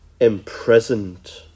imprisoned